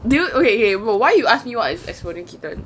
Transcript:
do you okay okay why you ask me what is exploding kitten